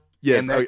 Yes